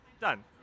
Done